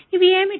ఇవి ఏమిటి